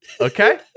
Okay